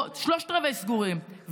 או שלושת רבעי סגורים,